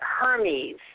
Hermes